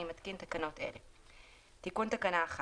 אני מתקין תקנות אלה: תיקון תקנה 1